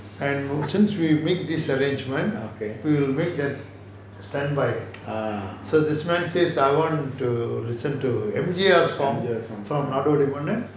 okay ah M_G_R song